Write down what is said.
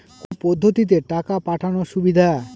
কোন পদ্ধতিতে টাকা পাঠানো সুবিধা?